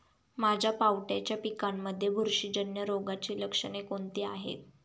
माझ्या पावट्याच्या पिकांमध्ये बुरशीजन्य रोगाची लक्षणे कोणती आहेत?